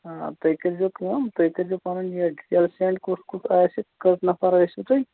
آ تُہۍ کٔرۍ زیٚو کٲم تُہۍ کٔرۍ زیٚو پَنُن یہِ ڈِٹیل سینٛڈ کُس کُس آسہِ کٔژ نَفر ٲسِو تُہۍ